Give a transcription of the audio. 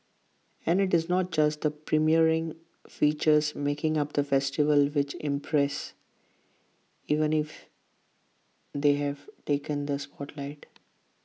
and IT is not just the premiering features making up the festival which impress even if they have taken the spotlight